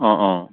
অঁ অঁ